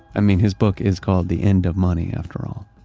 i mean, his book is called the end of money, after all.